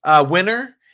winner